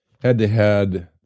head-to-head